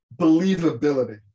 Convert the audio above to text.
believability